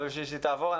אבל כדי שהיא תעבור,